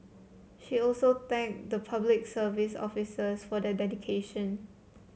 she also thanked the Public Service officers for their dedication